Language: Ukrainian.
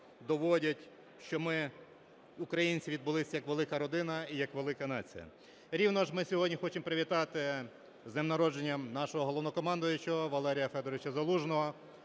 доводять, що ми, українці, відбулися як велика родина і як велика нація. Рівно ж ми сьогодні хочемо привітати з днем народження нашого Головнокомандуючого Валерія Федоровича Залужного.